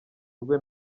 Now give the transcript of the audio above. rwe